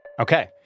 Okay